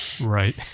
Right